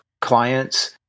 clients